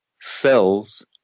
Cells